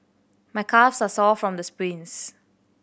my calves are sore from the sprints